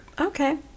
okay